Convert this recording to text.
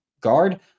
guard